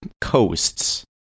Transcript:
coasts